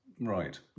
Right